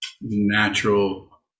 Natural